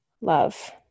love